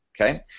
okay